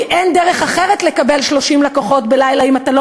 כי אין דרך אחרת לקבל 30 לקוחות בלילה אם אתה לא